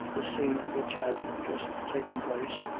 the scene which had just taken place,